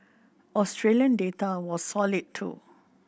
Australian data was solid too